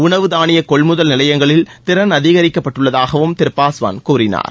உணவு தானிய கொள்முதல் நிலையங்களில் திறன் அதிகரிக்கப்பட்டுள்ளதாகவும் திரு பாஸ்வான் கூறினார்